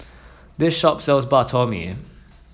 this shop sells Bak Chor Mee